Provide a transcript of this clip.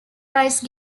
rice